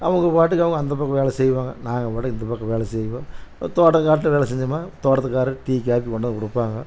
அவங்க பாட்டுக்கு அவங்க அந்த பக்கம் வேலை செய்வாங்க நாங்கள் பாட்டுக்கு இந்த பக்கம் வேலை செய்வோம் இப்போ தோட்ட காட்டில் வேலை செஞ்சமுன்னா தோட்டத்து கார் டீ காபி கொண்டாந்து கொடுப்பாங்க